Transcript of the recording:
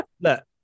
look